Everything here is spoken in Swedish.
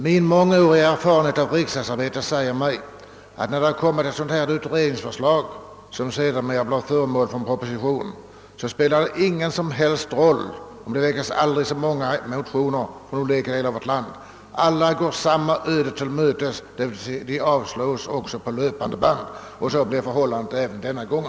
Min mångåriga erfarenhet av riksdagsarbete säger mig att när det kommer ett utredningsförslag som sedan blir föremål för en proposition spelar det ingen roll om det väcks aldrig så många motioner; alla går samma öde till mötes — de avslås på löpande band. Det kommer att bli fallet även denna gång.